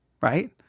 right